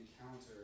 encounter